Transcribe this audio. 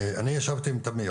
אני ישבתי עם תמיר,